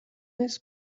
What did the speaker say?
his